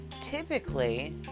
typically